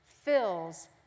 fills